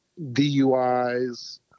DUIs